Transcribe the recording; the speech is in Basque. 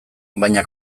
baina